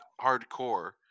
hardcore